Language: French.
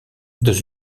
dans